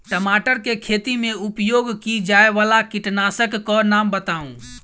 टमाटर केँ खेती मे उपयोग की जायवला कीटनासक कऽ नाम बताऊ?